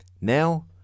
Now